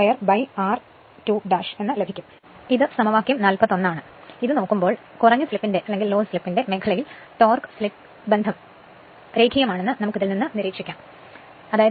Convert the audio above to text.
അതിനാൽ സമവാക്യം 41 നോക്കുമ്പോൾ സ്ലിപ്പിന്റെ മേഖലയിൽ ടോർക്ക് സ്ലിപ്പ് ബന്ധം ഏതാണ്ട് രേഖീയമാണെന്നും നിരീക്ഷിക്കാവുന്നതാണ്